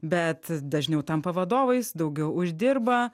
bet dažniau tampa vadovais daugiau uždirba